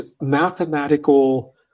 mathematical